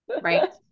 right